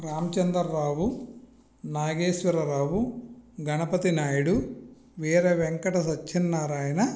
Ramachandra Rao Nageswararao Ganapati Naidu Veeravenkata Satyanarayana